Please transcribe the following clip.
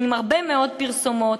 עם הרבה מאוד פרסומות,